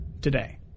today